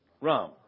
Ram